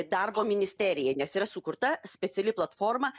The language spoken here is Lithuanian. darbo ministerijai nes yra sukurta speciali platforma